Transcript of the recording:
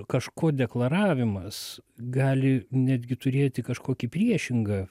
kažko deklaravimas gali netgi turėti kažkokį priešingą